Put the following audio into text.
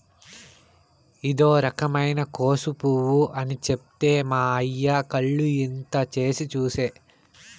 ఇదో రకమైన కోసు పువ్వు అని చెప్తే మా అయ్య కళ్ళు ఇంత చేసి చూసే